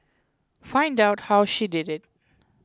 find out how she did it